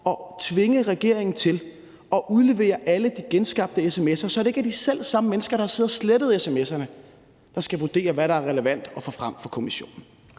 at tvinge regeringen til at udlevere alle de genskabte sms'er, så det ikke er de selv samme mennesker, der har siddet og slettet sms'erne, der skal vurdere, hvad der er relevant at få frem for kommissionen.